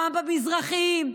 פעם במזרחים,